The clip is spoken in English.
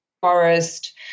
forest